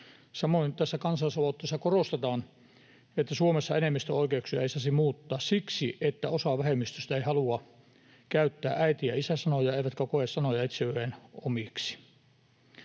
Samoin tässä kansalaisaloitteessa korostetaan, että Suomessa enemmistön oikeuksia ei saisi muuttaa siksi, että osa vähemmistöstä ei halua käyttää äiti- ja isä-sanoja eikä koe sanoja itselleen omiksi.